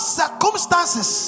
circumstances